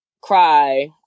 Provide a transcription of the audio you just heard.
cry